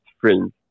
friends